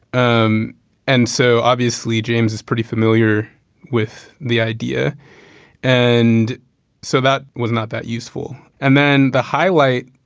um and so obviously james is pretty familiar with the idea and so that was not that useful. and then the highlight.